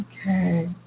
Okay